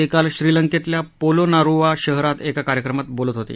ते काल श्रीलंकेतल्या पोलोनारुवा शहरात एका कार्यक्रमात बोलत होते